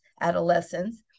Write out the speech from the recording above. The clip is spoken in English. adolescents